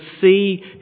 see